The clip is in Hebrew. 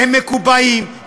הם מקובעים,